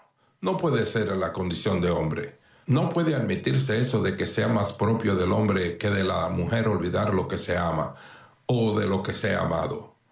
no puede ser la condición del hombre no puede admitirse eso de que sea más propio del hombre que de la mujer olvidar lo que se ama o se ha amado